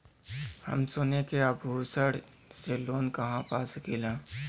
हम सोने के आभूषण से लोन कहा पा सकीला?